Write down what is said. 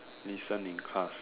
listen in class